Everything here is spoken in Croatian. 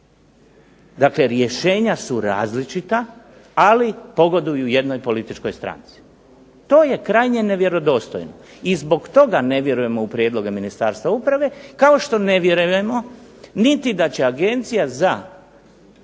dakle rješenja su različita, ali pogoduju jednoj političkoj stranci, to je krajnje ne vjerodostojno i zbog toga ne vjerujemo u prijedloge Ministarstva uprave, kao što ne vjerujemo niti da će agencija za